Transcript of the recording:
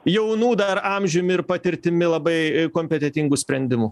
jaunų dar amžiumi ir patirtimi labai kompetentingų sprendimų